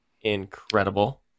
incredible